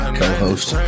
co-host